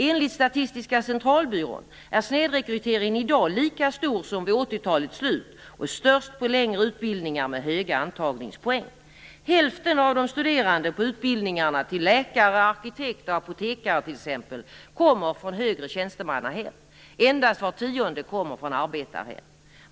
Enligt Statistiska centralbyrån är snedrekryteringen i dag lika stor som vid 1980-talets slut och störst på längre utbildningar med höga antagningspoäng. Hälften av de studerande på utbildningarna till t.ex. läkare, arkitekt och apotekare kommer från högre tjänstemannahem. Endast var tionde kommer från arbetarhem.